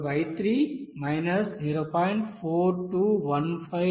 అప్పుడు y3 0